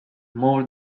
more